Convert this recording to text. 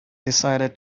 decided